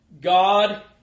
God